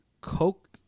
Coke